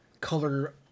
color